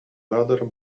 lader